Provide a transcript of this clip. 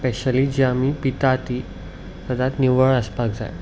specially जी आमी पिता ती सदांत निवळ आसपाक जाय